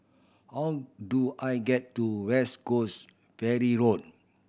how do I get to West Coast Ferry Road